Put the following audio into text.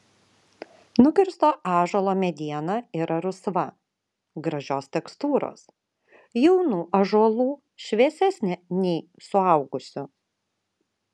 nukirsto ąžuolo mediena yra rusva gražios tekstūros jaunų ąžuolų šviesesnė nei suaugusių